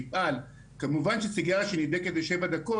כמובן שסיגריה שנדלקת לשבע דקות,